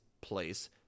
place